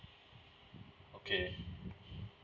okay